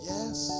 Yes